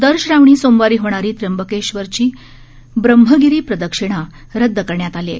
दर श्रावणी सोमवारी होणारी त्र्यंबकेश्वरची ब्रह्मगिरी प्रदक्षिणा रद्द करण्यात आली आहे